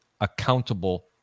accountable